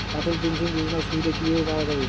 অটল pension যোজনার সুবিধা কি ভাবে পাওয়া যাবে?